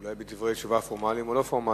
אולי בדברי תשובה פורמליים או לא פורמליים.